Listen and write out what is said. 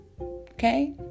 okay